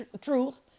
truth